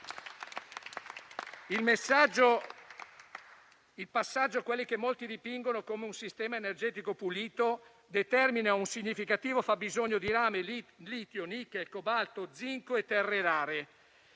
Il passaggio a quello che molti dipingono come un sistema energetico pulito determina un significativo fabbisogno di rame, litio, nichel, cobalto, zinco e terre rare.